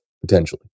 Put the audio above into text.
potentially